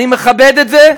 אני מכבד את זה,